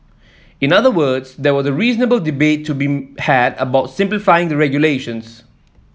in other words there was a reasonable debate to be had about simplifying the regulations